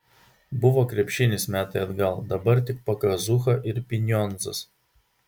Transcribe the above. buvo krepšinis metai atgal dabar tik pakazucha ir pinionzas